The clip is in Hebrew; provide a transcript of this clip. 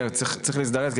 כן צריך להזדרז,